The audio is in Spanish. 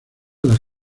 las